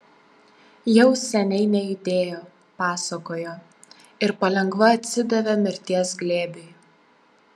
jau seniai nejudėjo pasakojo ir palengva atsidavė mirties glėbiui